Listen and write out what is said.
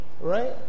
right